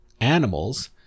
Animals